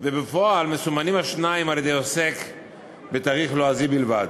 ובפועל מסומנים השניים על-ידי עוסק בתאריך לועזי בלבד.